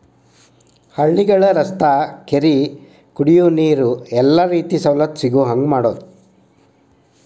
ಹಳ್ಳಿಗಳ ರಸ್ತಾ ಕೆರಿ ಕುಡಿಯುವ ನೇರ ಎಲ್ಲಾ ರೇತಿ ಸವಲತ್ತು ಸಿಗುಹಂಗ ಮಾಡುದ